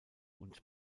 und